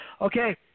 Okay